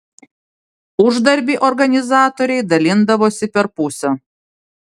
uždarbį organizatoriai dalindavosi per pusę